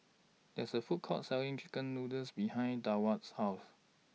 There IS A Food Court Selling Chicken Noodles behind Deward's House